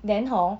then hor